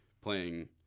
playing